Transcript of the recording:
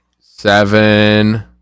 Seven